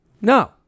No